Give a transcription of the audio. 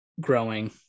growing